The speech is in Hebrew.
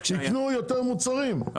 יקנו יותר מוצרים,